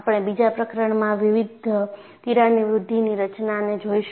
આપણે બીજા પ્રકરણમાં વિવિધ તિરાડની વૃદ્ધિની રચનાને જોઈશું